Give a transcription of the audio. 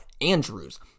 Andrews